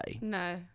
no